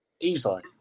Easily